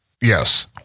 Yes